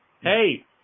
hey